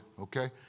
okay